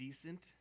Decent